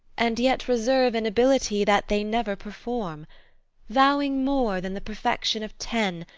and yet reserve an ability that they never perform vowing more than the perfection of ten,